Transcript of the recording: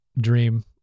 dream